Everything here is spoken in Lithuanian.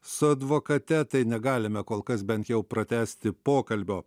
su advokate tai negalime kol kas bent jau pratęsti pokalbio